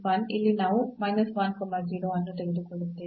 ಇಲ್ಲಿ ನಾವು ಅನ್ನು ತೆಗೆದುಕೊಳ್ಳುತ್ತೇವೆ